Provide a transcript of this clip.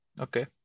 Okay